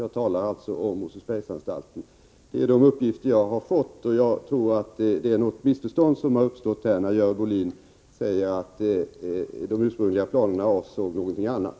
Jag tror att det har uppstått ett missförstånd, eftersom Görel Bohlin säger att de ursprungliga planerna avsåg någonting annat.